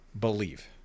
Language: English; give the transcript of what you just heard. believe